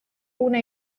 una